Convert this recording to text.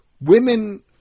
Women